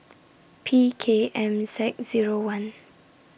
P K M Z Zero one